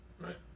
Right